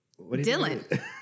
Dylan